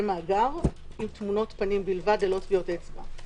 מאגר עם תמונות פנים בלבד ללא טביעות אצבע.